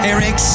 Eric